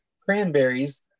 cranberries